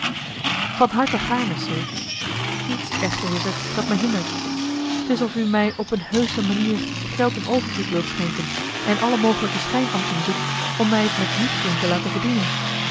van harte gaarne sir iets echter is er dat me hindert t is of u mij op eene heusche manier geld in overvloed wilt schenken en alle mogelijke schijnambten zoekt om mij het met nietsdoen te laten verdienen